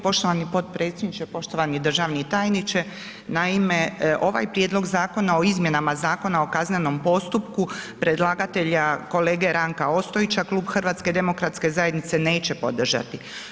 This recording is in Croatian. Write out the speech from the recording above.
Poštovani potpredsjedniče, poštovani državni tajniče, naime ovaj Prijedlog zakona o izmjenama Zakona o kaznenom postupku predlagatelja kolege Ranka Ostojića, Klub HDZ-a neće podržati.